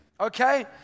Okay